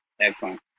Excellent